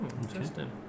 interesting